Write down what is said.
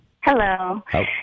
Hello